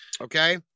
Okay